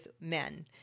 men